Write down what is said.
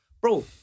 bro